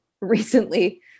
recently